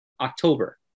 October